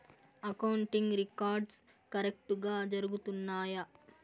accounting records కరెక్టుగా జరుగుతున్నాయా